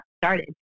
started